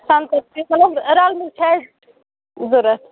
سَنگتر تہِ مطلب رَلہٕ میٚل چھِ اَسہِ ضروٗرت